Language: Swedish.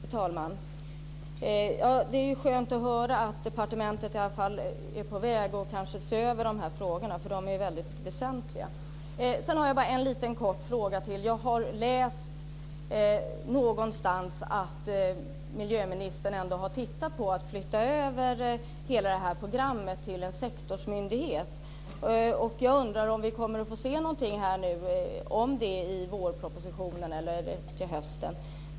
Fru talman! Det är skönt att höra att departementet i alla fall är på väg att se över dessa frågor, för de är väldigt väsentliga. Sedan har jag bara en liten kort fråga till miljöministern. Jag har läst någonstans att miljöministern ändå har funderat på att flytta över hela programmet till en sektorsmyndighet. Jag undrar om vi kommer att få se någonting av det i vårpropositionen eller till hösten.